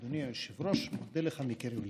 אדוני היושב-ראש, אני מודה לך מקרב לב.